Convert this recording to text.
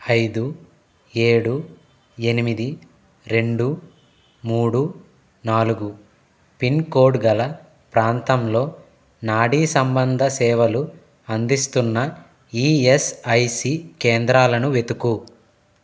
ఐదు ఏడు ఎనిమిది రెండు మూడు నాలుగు పిన్కోడ్ గల ప్రాంతంలో నాడీసంబంధ సేవలు అందిస్తున్న ఈఎస్ఐసి కేంద్రాలను వెతుకు